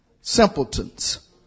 simpletons